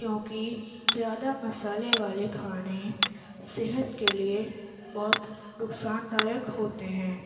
کیوںکہ زیادہ مسالے والے کھانے صحت کے لیے بہت نقصان دایک ہوتے ہیں